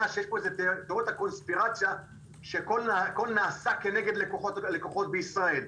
שיש פה איזו תאוריית קונספירציה שהכול נעשה כנגד הלקוחות בישראל.